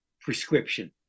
prescription